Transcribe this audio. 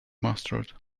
mustard